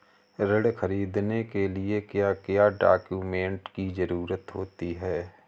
ऋण ख़रीदने के लिए क्या क्या डॉक्यूमेंट की ज़रुरत होती है?